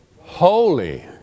holy